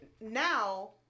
now